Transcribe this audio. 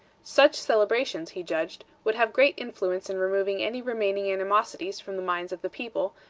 such celebrations, he judged, would have great influence in removing any remaining animosities from the minds of the people,